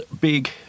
big